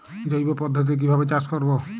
জৈব পদ্ধতিতে কিভাবে চাষ করব?